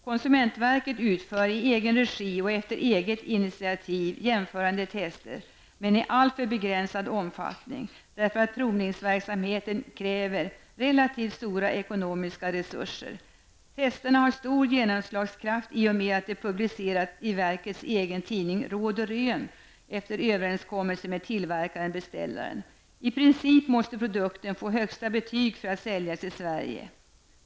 Konsumentverket utför i egen regi och efter eget initiativ jämförande tester men i alltför begränsad omfattning, därför att provningsverksamheten kräver relativt stora ekonomiska resurser. Testerna har stor genomslagskraft i och med att de publiceras i verkets egen tidning Råd och Rön efter överenskommelse med tillverkaren/beställaren. I princip måste produkten få högsta betyg för att säljas i Sverige.